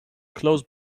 close